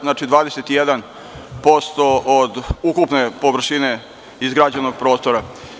Znači, to je 21% od ukupne površine izgrađenog prostora.